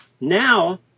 Now